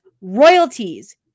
royalties